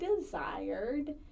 desired